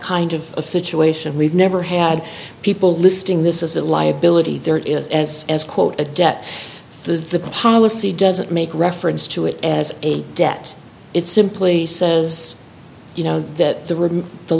kind of situation we've never had people listing this is a liability there is as as quote a debt does the policy doesn't make reference to it as a debt it simply says you know that the